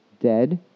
dead